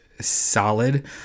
solid